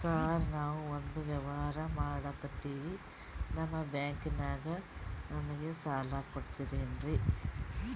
Sir ನಾವು ಒಂದು ವ್ಯವಹಾರ ಮಾಡಕ್ತಿವಿ ನಿಮ್ಮ ಬ್ಯಾಂಕನಾಗ ನಮಿಗೆ ಸಾಲ ಕೊಡ್ತಿರೇನ್ರಿ?